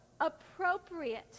appropriate